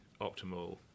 optimal